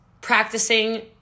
practicing